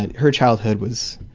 her childhood was,